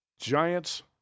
Giants